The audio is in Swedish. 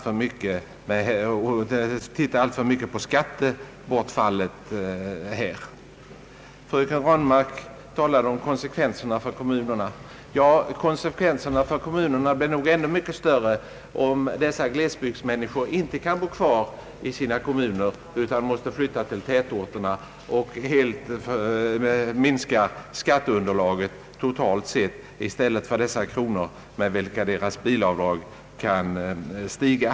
Fröken Ranmark talade om konsekvenserna för kommunerna. Dessa blir nog ännu mycket ogynnsammare om ifrågavarande glesbygdsmänniskor inte kan bo kvar i sina kommuner utan måste flytta till tätorterna och därigenom totalt sett minskar skatteunderlaget för kommunen med hela sin inkomst i stället för med de kronor med vilka deras bilkostnadsavdrag kan stiga.